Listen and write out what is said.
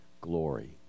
glory